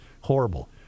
horrible